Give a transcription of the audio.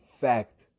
fact